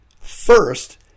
first